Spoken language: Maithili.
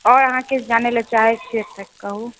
आओर अहाँ किछु जानै ला चाहै छियै कहू